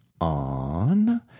on